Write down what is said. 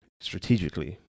strategically